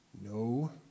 No